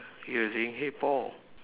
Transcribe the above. he was saying hey Paul